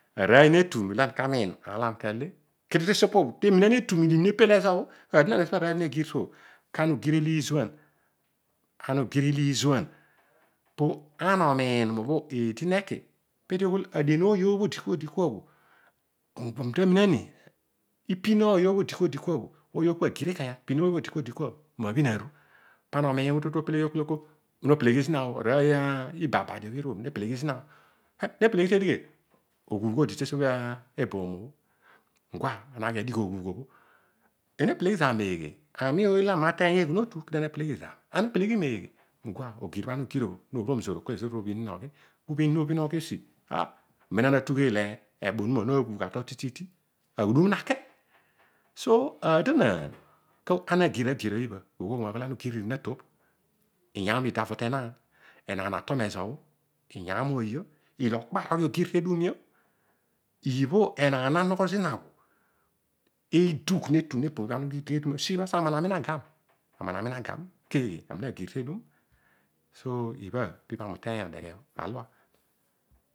Arooy netm molo ana ka miin aar lo ana kale, kedio tesiopo te mina ni etu milo te pel ezo. Aadonaan kezobho aar ȯ negir suo, kana ngir ilizuan, poana oniin mobho eedi neki peedi oghol adiem oiu ōbho odikwa odikwa, ipin ooyobho odikwa odikwa bho mabhin aru. Pa ana omiin obho to tni opeleghi zina 'o” arooy ibabadi neeru nepeleghi zina. Heh nopoleghi tedighen, tesno ó. Eena nepeleghi zani meeghe, ami ooy lo nateiy eghumotu, ana peleghi meeghe? Nooruom zoor mobhin onuma oghitesi, amem ana tugheel ehn, eḇa onuma narol tititi, aghudum na ke. So ana gir arigir iibha iyaam idi tavo tenaan. Enaan ato mezobho, iyaam ooyio. Ìlo gir tedumilo, ibho enaan na nogho zina edagh netu ne pugha. kbha ana usirious. Tman ani nagam, aman ami na gam, keeghe? Ana gir tedum. So iibha pibha ami ukeiu odeghe alua!